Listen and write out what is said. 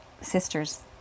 sisters